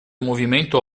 movimento